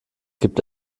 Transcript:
gibt